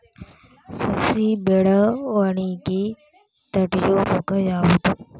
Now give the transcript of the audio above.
ಸಸಿ ಬೆಳವಣಿಗೆ ತಡೆಯೋ ರೋಗ ಯಾವುದು?